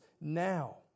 Now